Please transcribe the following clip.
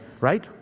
right